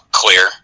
clear